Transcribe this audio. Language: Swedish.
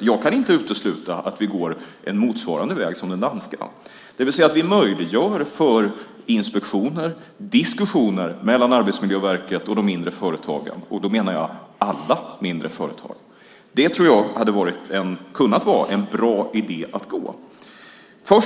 Jag kan inte utesluta att vi går en motsvarande väg och möjliggör instruktioner och diskussioner mellan Arbetsmiljöverket och de mindre företagen, och då menar jag alla mindre företag. Det tror jag hade kunnat vara en bra idé. Jag